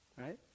Right